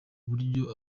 buryo